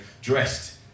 dressed